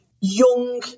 young